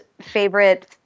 favorite